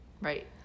right